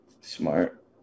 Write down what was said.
smart